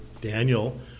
Daniel